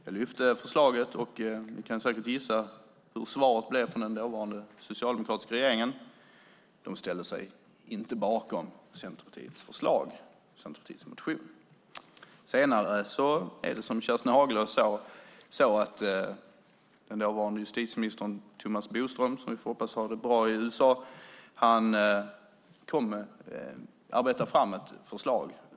Jag lyfte upp förslaget och ni kan säkert gissa vad svaret från den dåvarande socialdemokratiska regeringen blev. De ställde sig inte bakom Centerpartiets motion. Senare arbetade, som Kerstin Haglö sade, den dåvarande justitieministern Thomas Bodström, som vi får hoppas har det bra i USA, fram ett förslag.